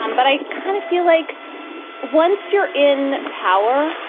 um but i kind of feel like once you're in power,